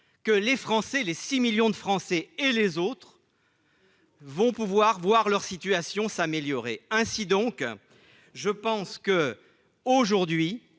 que les Français, les 6 millions de Français, et les autres. Vont pouvoir voir leur situation s'améliorer ainsi, donc je pense que, aujourd'hui,